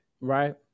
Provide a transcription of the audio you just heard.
Right